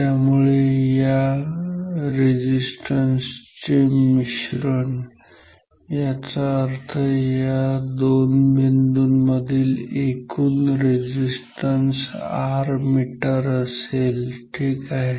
त्यामुळे या सर्व रेझिस्टन्स चे मिश्रण याचा अर्थ या दोन बिंदूमधील एकूण रेझिस्टन्स Rmeter असेल ठीक आहे